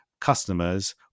customers